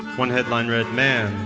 one headline read, man,